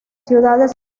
ciudades